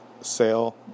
sale